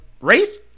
race